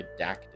redacted